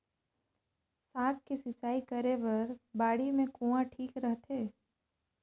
साग के सिंचाई करे बर बाड़ी मे कुआँ ठीक रहथे?